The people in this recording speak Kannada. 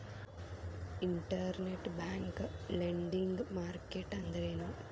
ಇನ್ಟರ್ನೆಟ್ ಬ್ಯಾಂಕ್ ಲೆಂಡಿಂಗ್ ಮಾರ್ಕೆಟ್ ಅಂದ್ರೇನು?